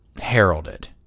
heralded